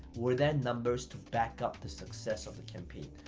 were there numbers to back up the success of the campaign?